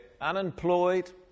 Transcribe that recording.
unemployed